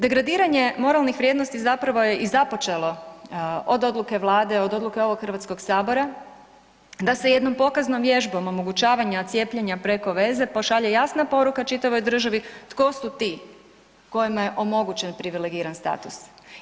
Degradiranje moralnih vrijednosti zapravo je i započelo od odluke Vlade od odluke ovog HS-a da se jednom pokaznom vježbom omogućavanja cijepljenja preko veze pošalje jasna poruka čitavoj državi tko su ti kojima je omogućen privilegiran status.